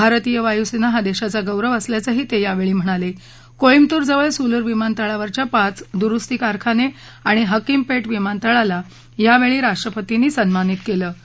भारतीय वायू सत्ती हा दक्तिचा गौरव असल्याचंही तख्तिवछी म्हणाला कोईम्बतूर जवळ सुलूर विमानतळावरच्या पाच दुरुस्ती कारखानआणि हकीमपक्षविमानतळाला यावळी राष्ट्रपतींनी सन्मानित कलि